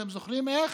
אתם זוכרים איך?